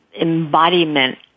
embodiment